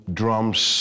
drums